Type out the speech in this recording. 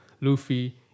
Luffy